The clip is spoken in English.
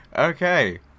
Okay